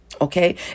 Okay